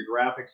graphics